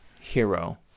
hero